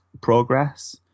progress